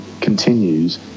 continues